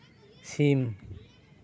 ᱥᱤᱢ